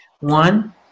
One